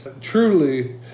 Truly